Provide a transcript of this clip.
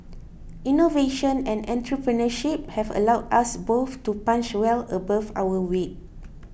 innovation and entrepreneurship have allowed us both to punch well above our weight